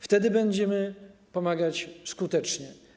Wtedy będziemy pomagać skutecznie.